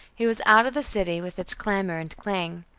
he was out of the city with its clamor and clang.